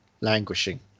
languishing